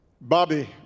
Bobby